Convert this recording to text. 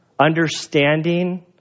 understanding